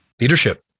Leadership